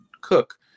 cook